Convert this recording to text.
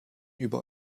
über